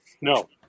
No